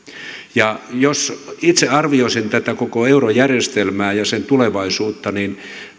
alijäämää jos itse arvioisin tätä koko eurojärjestelmää ja sen tulevaisuutta niin